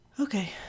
Okay